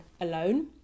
alone